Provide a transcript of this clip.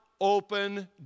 open